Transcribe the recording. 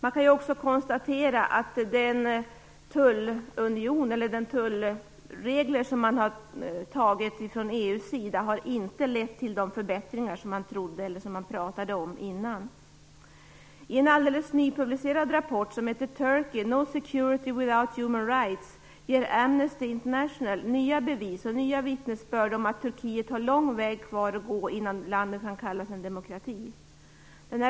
Vi kan också konstatera att de tullregler gentemot Turkiet som EU har antagit inte har lett till de förbättringar som man trodde på och pratade om innan. I en helt nypublicerad rapport - Turkey: No security without human rights - ger Amnesty International nya bevis och nya vittnesbörd om att Turkiet har lång väg kvar att gå innan landet kan kallas en demokrati.